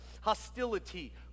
hostility